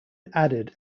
added